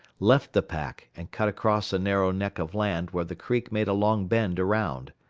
left the pack and cut across a narrow neck of land where the creek made a long bend around.